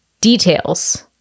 details